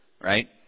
right